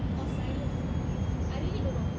or silence ah I really don't know